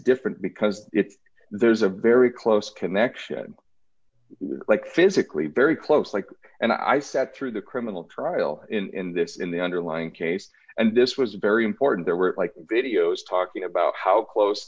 different because it's there's a very close connection like physically very close like and i sat through the criminal trial in this in the underlying case and this was very important there were like videos talking about how close